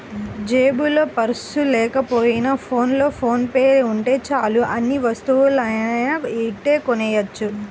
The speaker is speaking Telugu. జేబులో పర్సు లేకపోయినా ఫోన్లో ఫోన్ పే ఉంటే చాలు ఎన్ని వస్తువులనైనా ఇట్టే కొనెయ్యొచ్చు